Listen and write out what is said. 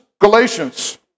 Galatians